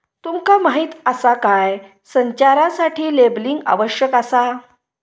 तुमका माहीत आसा काय?, संचारासाठी लेबलिंग आवश्यक आसा